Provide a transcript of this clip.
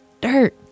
dirt